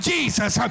Jesus